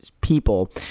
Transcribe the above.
people